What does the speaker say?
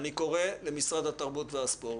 אני קורא למשרד התרבות והספורט,